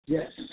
Yes